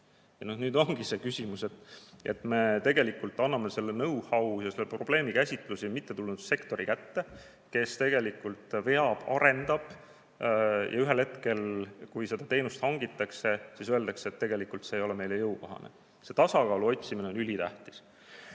Nüüd ongi see küsimus, et me tegelikult annameknow-howja probleemikäsitluse mittetulundussektori kätte, kes veab ja arendab. Aga ühel hetkel, kui seda teenust hangitakse, öeldakse, et tegelikult see ei ole neile jõukohane. See tasakaalu otsimine on ülitähtis.